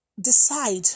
decide